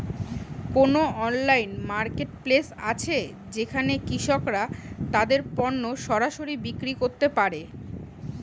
কোন online marketplace আছে যেখানে কৃষকরা তাদের পণ্য সরাসরি বিক্রি করতে পারে?